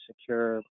secure